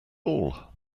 all